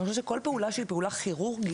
אני חושבת שכל פעולה שהיא פעולה כירורגית,